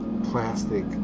plastic